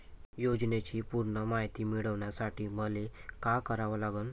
योजनेची पूर्ण मायती मिळवासाठी मले का करावं लागन?